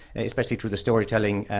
especially through the storytelling?